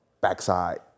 Backside